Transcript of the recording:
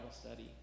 study